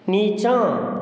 नीचाँ